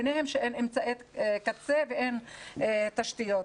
שאין אמצעי קצה ואין תשתיות.